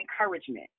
encouragement